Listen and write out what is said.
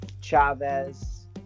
Chavez